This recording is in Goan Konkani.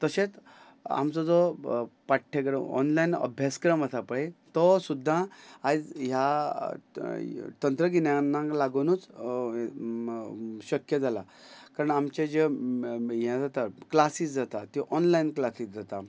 तशेंच आमचो जो पाठ्यक्रम ऑनलायन अभ्यासक्रम आसा पळय तो सुद्दां आयज ह्या तंत्रगिन्यानांक लागुनूच शक्य जाला कारण आमचे जे हे जाता क्लासीस जाता त्यो ऑनलायन क्लासीस जाता